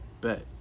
Bet